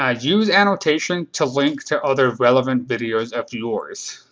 ah use annotations to link to other relevant videos of yours.